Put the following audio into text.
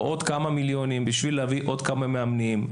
עוד כמה מיליונים בשביל להביא עוד כמה מאמנים,